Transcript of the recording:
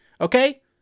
Okay